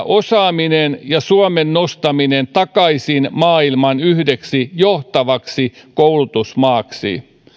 osaaminen ja suomen nostaminen takaisin maailman yhdeksi johtavaksi koulutusmaaksi